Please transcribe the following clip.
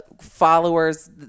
followers